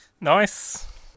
Nice